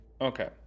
Okay